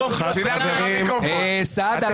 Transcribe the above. סעדה,